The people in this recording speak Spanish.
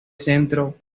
centro